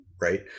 right